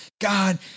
God